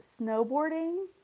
snowboarding